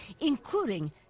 including